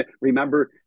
Remember